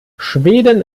schweden